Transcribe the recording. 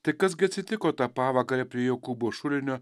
tai kas gi atsitiko tą pavakarę prie jokūbo šulinio